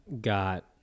got